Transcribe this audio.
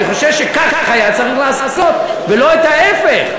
אני חושב שכך היה צריך לעשות, ולא את ההפך.